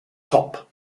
top